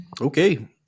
Okay